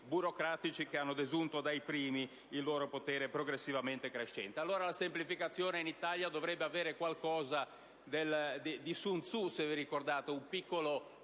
burocratici che hanno desunto dai primi il loro potere, progressivamente crescente). Allora, la semplificazione in Italia dovrebbe avere qualcosa di Sun Tzu, fare un piccolo